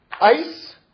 ice